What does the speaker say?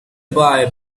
buyer